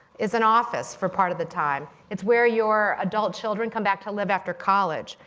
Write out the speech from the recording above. is an office for part of the time. it's where your adult children come back to live after college.